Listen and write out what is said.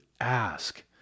ask